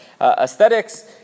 aesthetics